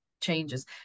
changes